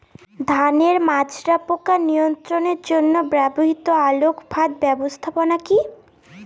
ধানের মাজরা পোকা নিয়ন্ত্রণের জন্য ব্যবহৃত আলোক ফাঁদ ব্যবস্থাপনা কি?